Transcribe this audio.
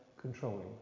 controlling